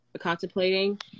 contemplating